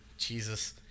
Jesus